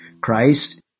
Christ